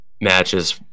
matches